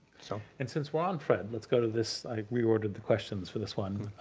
so and since we're on fred, let's go to this, we ordered the questions for this one,